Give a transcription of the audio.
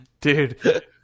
Dude